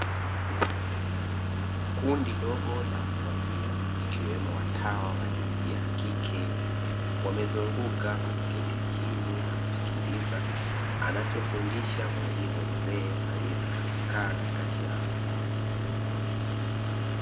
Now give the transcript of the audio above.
Kundi dogo la watu wazima ikiwemo watawa, wa jinsia ya kike wamezunguka kwa kuketi chini na kusikiliza anachofundisha mwalimu mzee aliye kaa katikati yao.